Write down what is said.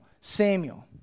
Samuel